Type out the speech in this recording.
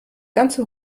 ganze